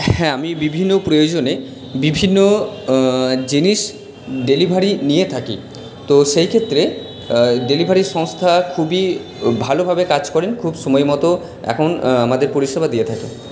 হ্যাঁ আমি বিভিন্ন প্রয়োজনে বিভিন্ন জিনিস ডেলিভারি নিয়ে থাকি তো সেই ক্ষেত্রে ডেলিভারি সংস্থা খুবই ভালোভাবে কাজ করেন খুব সময় মতো এখন আমাদের পরিষেবা দিয়ে থাকে